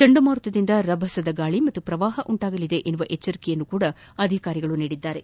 ಚಂಡಮಾರುತದಿಂದ ರಭಸದ ಗಾಳಿ ಹಾಗೂ ಪ್ರವಾಹ ಉಂಟಾಗಲಿದೆ ಎಂಬ ಎಚ್ಚರಿಕೆಯನ್ನು ಅಧಿಕಾರಿಗಳು ನೀಡಿದ್ದಾರೆ